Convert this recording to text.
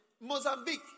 Mozambique